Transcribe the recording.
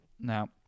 Now